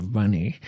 money." (